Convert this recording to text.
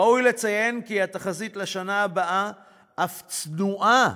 ראוי לציין כי התחזית לשנה הבאה אף צנועה